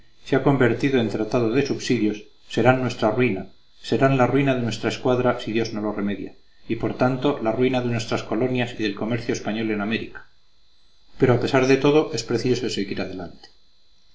se ha convertido en tratado de subsidios serán nuestra ruina serán la ruina de nuestra escuadra si dios no lo remedia y por tanto la ruina de nuestras colonias y del comercio español en américa pero a pesar de todo es preciso seguir adelante